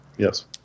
Yes